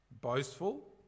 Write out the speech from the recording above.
boastful